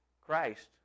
Christ